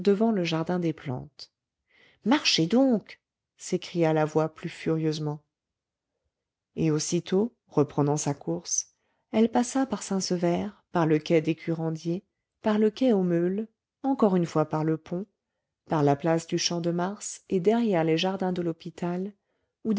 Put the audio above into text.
le jardin des plantes marchez donc s'écria la voix plus furieusement et aussitôt reprenant sa course elle passa par saint-sever par le quai des curandiers par le quai aux meules encore une fois par le pont par la place du champ-de-mars et derrière les jardins de l'hôpital